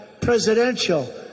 presidential